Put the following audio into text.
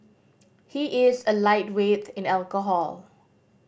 he is a lightweight in alcohol